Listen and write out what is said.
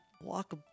walk